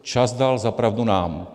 Čas dal za pravdu nám.